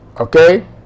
okay